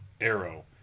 arrow